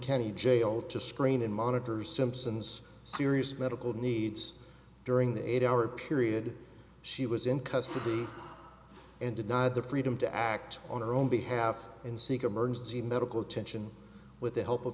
county jail to screen in monitors simpson's serious medical needs during the eight hour period she was in custody and denied the freedom to act on her own behalf and seek emergency medical attention with the help of